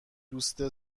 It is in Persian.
دوست